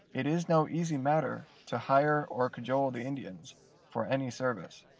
it is no easy matter to hire or cajole the indians for any service.